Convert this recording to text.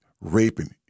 raping